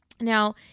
Now